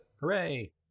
Hooray